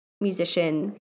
musician